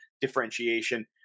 differentiation